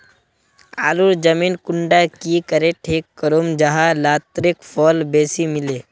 आलूर जमीन कुंडा की करे ठीक करूम जाहा लात्तिर फल बेसी मिले?